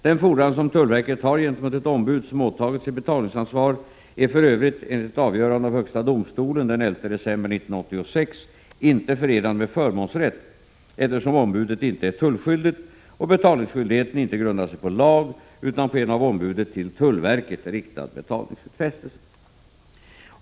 Den fordran som tullverket har gentemot ett ombud som åtagit sig betalningsansvar är för övrigt, enligt ett avgörande av högsta domstolen den 11 december 1986, inte förenad med förmånsrätt, eftersom ombudet inte är tullskyldigt och betalningsskyldigheten inte grundar sig på lag utan på en av ombudet till tullverket riktad betalningsutfästelse.